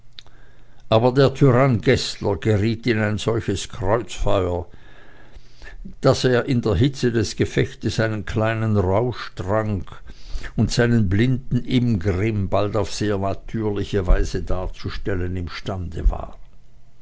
aber der tyrann geßler geriet in ein solches kreuzfeuer daß er in der hitze des gefechtes einen kleinen rausch trank und seinen blinden ingrimm bald auf sehr natürliche weise darzustellen imstande war